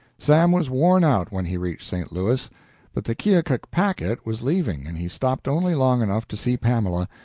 sam was worn out when he reached st. louis but the keokuk packet was leaving, and he stopped only long enough to see pamela,